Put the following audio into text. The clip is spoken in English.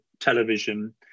television